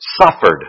suffered